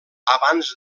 abans